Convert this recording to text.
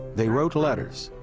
they wrote letters,